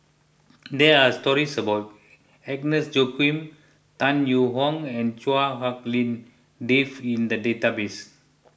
there are stories about Agnes Joaquim Tan Yee Hong and Chua Hak Lien Dave in the database